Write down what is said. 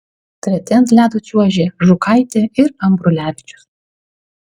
treti ant ledo čiuožė žukaitė ir ambrulevičius